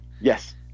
Yes